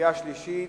לקריאה השלישית.